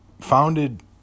founded